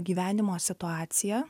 gyvenimo situaciją